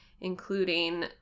Including